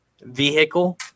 vehicle